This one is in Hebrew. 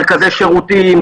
מרכזי שירותים,